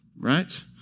right